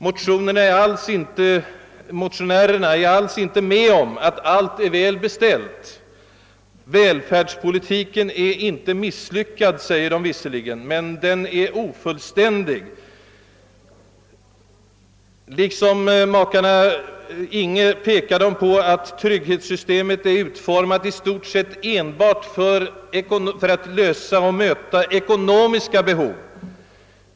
Motionärerna är inte alls med om att allt är väl beställt. Välfärdspolitiken är inte misslyckad, säger de visserligen, men de tillägger med Öövertygelse att den är ofullständig. Liksom makarna Inghe pekar de på att trygghetssystemet är utformat i stort sett enbart för att möta ekonomiska behov.